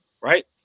Right